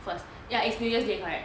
first ya it's new years day correct